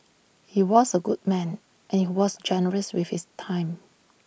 he was A good man and he was generous with his time